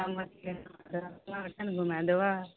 घुमा देबऽ